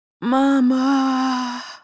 Mama